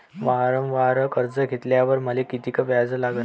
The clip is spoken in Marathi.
वावरावर कर्ज घेतल्यावर मले कितीक व्याज लागन?